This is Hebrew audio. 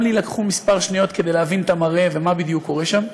גם לי לקחו כמה שניות כדי להבין את המראה ומה בדיוק קורה שם,